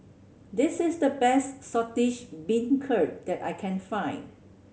this is the best Saltish Beancurd that I can find